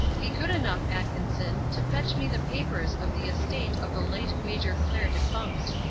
be good enough, atkinson, to fetch me the papers of the estate of the late major clair defunct.